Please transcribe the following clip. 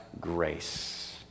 grace